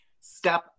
step